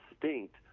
distinct